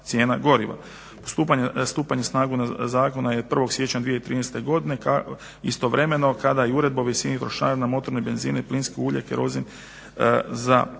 cijena goriva. Stupanje na snagu zakona je 1.siječnja 2013.istovremeno kada i uredba o visini trošarina na motorne benzine i plinska ulja i kerozin za